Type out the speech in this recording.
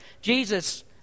Jesus